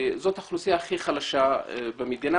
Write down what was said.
היא האוכלוסייה החלשה ביותר במדינה